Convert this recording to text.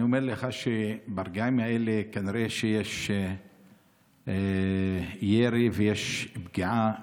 אני אומר לך שברגעים האלה כנראה יש ירי ויש פגיעה קשה,